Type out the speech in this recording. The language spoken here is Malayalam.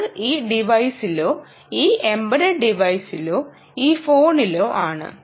അത് ഈ ടിവൈസിലോ ഈ എംബെഡഡ് ടിവൈസിലോ ഈ ഫോണിലോ ആണ്